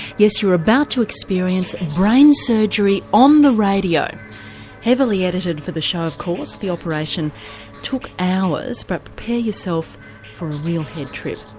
yes, you're about to experience brain surgery on radio heavily edited for the show of course, the operation took hours but prepare yourself for a real head-trip.